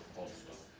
of this,